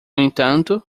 entanto